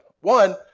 One